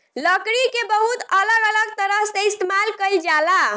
लकड़ी के बहुत अलग अलग तरह से इस्तेमाल कईल जाला